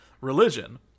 religion